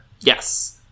Yes